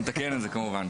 נתקן את הטעות.